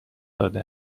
داده